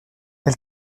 elle